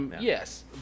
Yes